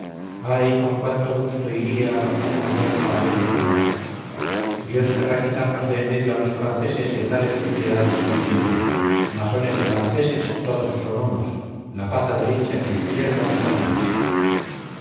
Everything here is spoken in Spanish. ay con cuánto gusto iría a la plaza mayor para veros quemar dios querrá quitarnos de en medio a los franceses que tales suciedades consienten masones y franceses todos son unos la pata derecha y la izquierda de satanás